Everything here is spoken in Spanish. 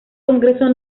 congreso